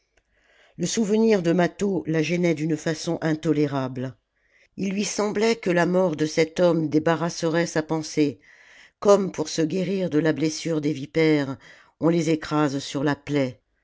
le souvenir de mâtho la gênait d'une façon intolérable il lui semblait que la mort de cet homme débarrasserait sa pensée comme pour se guérir de la blessure des vipères on les écrase sur la plaie